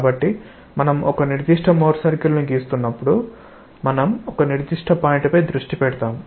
కాబట్టి మనం ఒక నిర్దిష్ట మోర్ సర్కిల్ను గీస్తున్నప్పుడు మనం ఒక నిర్దిష్ట పాయింట్ పై దృష్టి పెడదాము